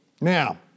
Now